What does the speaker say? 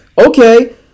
Okay